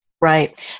Right